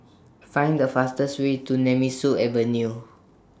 Find The fastest Way to Nemesu Avenue